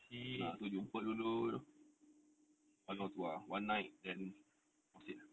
ah so jumpa dulu one or two ah one night then proceed lah